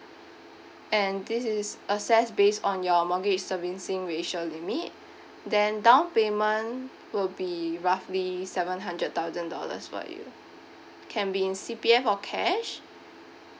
and this is assessed based on your mortgage servicing ratio limit then down payment will be roughly seven hundred thousand dollars for you can be in C_P_F or cash